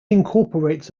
incorporates